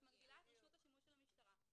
האם הנחיות של פרקליט נחשבות כהוראות כל דין?